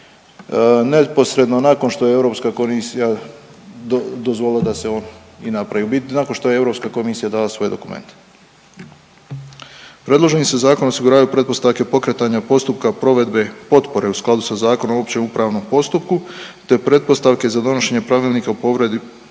U biti nakon što je Europska komisija dala svoje dokumente. Predloženim se zakonom osiguravaju pretpostavke pokretanja postupka provedbe potpore u skladu sa Zakonom o općem upravnom postupku, te pretpostavke za donošenje Pravilnika o provedbi